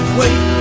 wait